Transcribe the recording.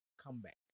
comeback